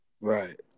Right